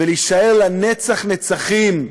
ולהישאר לנצח נצחים,